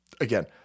again